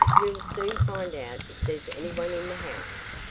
we'll soon find out if there's anyone in the house.